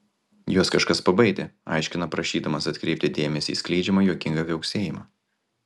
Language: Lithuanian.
juos kažkas pabaidė aiškina prašydamas atkreipti dėmesį į skleidžiamą juokingą viauksėjimą